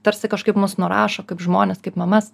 tarsi kažkaip mus nurašo kaip žmones kaip mamas